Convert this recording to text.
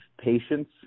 patience